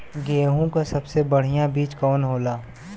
गेहूँक सबसे बढ़िया बिज कवन होला?